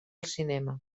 cinema